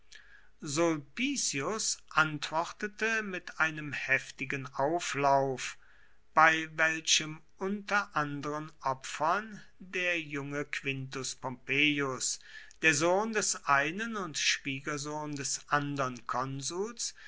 sulpicius antwortete mit einem heftigen auflauf bei welchem unter anderen opfern der junge quintus pompeius der sohn des einen und schwiegersohn des anderen konsuls